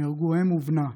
נהרגו אם ובנה,